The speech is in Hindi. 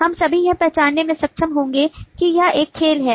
हम सभी यह पहचानने में सक्षम होंगे कि यह एक खेल है